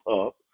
up